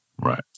Right